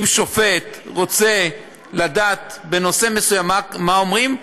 אם שופט רוצה לדעת בנושא מסוים מה אומרים,